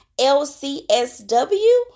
LCSW